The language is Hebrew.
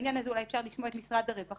בעניין הזה אולי אפשר לשמוע את משרד הרווחה.